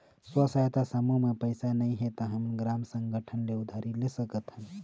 स्व सहायता समूह म पइसा नइ हे त हमन ग्राम संगठन ले उधारी ले सकत हन